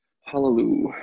Hallelujah